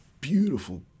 beautiful